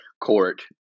court